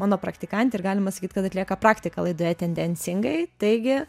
mano praktikantė ir galima sakyt kad atlieka praktiką laidoje tendencingai taigi